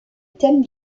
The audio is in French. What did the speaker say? thème